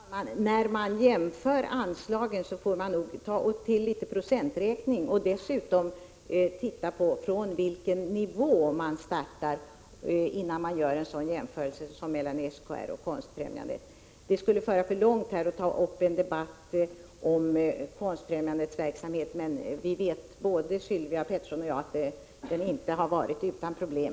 Herr talman! Innan man jämför anslagen till SKR och Konstfrämjandet får man nog ta till litet procenträkning och dessutom titta på från vilken nivå man startar. Det skulle föra för långt att här ta upp en debatt om Konstfrämjandets verksamhet, men både Sylvia Pettersson och jag vet att den inte har varit utan problem.